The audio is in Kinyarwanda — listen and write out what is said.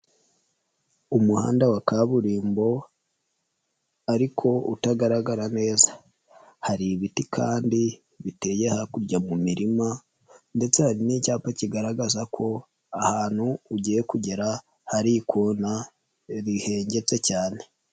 Umuhanda wa kaburimbo ariko utagaragara neza, hari ibiti kandi biteye hakurya mu mirima ndetse hari n'icyapa kigaragaza ko ahantu ugiye kugera hari ikona rihengetse cyane.